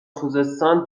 خوزستان